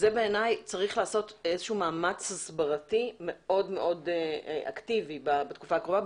בעיניי צריך לעשות איזשהו מאמץ הסברתי מאוד מאוד אקטיבי בתקופה הקרובה,